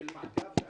לעשות מעקף,